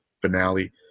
finale